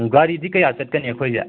ꯒꯥꯔꯤꯗꯤ ꯀꯌꯥ ꯆꯠꯀꯅꯤ ꯑꯩꯈꯣꯏꯁꯦ